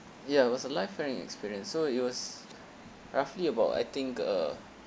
ya it was a live firing experience so it was roughly about I think uh